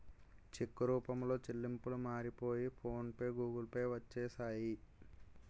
చెక్కు రూపంలో చెల్లింపులు మారిపోయి ఫోన్ పే గూగుల్ పే వచ్చేసాయి